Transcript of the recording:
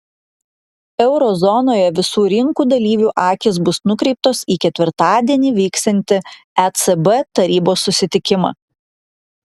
euro zonoje visų rinkų dalyvių akys bus nukreiptos į ketvirtadienį vyksiantį ecb tarybos susitikimą